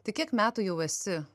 tai kiek metų jau esi